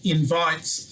invites